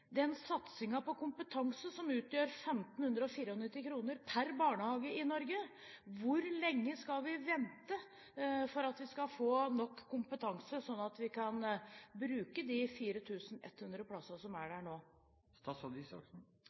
på kompetanse, som utgjør 1 594 kr per barnehage i Norge. Hvor lenge skal vi vente på å få nok kompetanse, sånn at vi kan bruke de 4 100 plassene som er der nå?